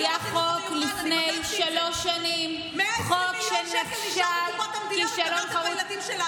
היה חוק לפני שלוש שנים, חוק שנכשל כישלון חרוץ.